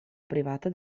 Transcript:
privata